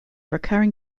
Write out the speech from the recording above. recurring